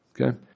Okay